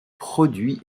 produit